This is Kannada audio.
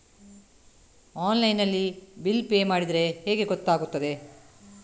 ಆನ್ಲೈನ್ ನಲ್ಲಿ ಬಿಲ್ ಪೇ ಮಾಡಿದ್ರೆ ಹೇಗೆ ಗೊತ್ತಾಗುತ್ತದೆ?